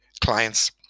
clients